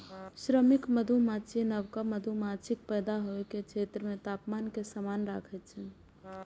श्रमिक मधुमाछी नवका मधुमाछीक पैदा होइ के क्षेत्र मे तापमान कें समान राखै छै